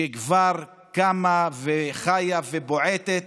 שכבר קמה וחיה ובועטת